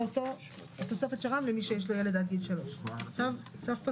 זו תוספת שר"מ למי שיש לו ילד עד גיל 3. נוסף פה